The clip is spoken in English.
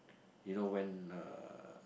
you know when uh